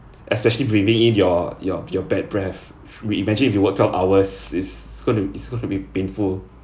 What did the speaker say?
especially breathing in your your your bad breath we imagine if you worked twelve hours is gonna is gonna be painful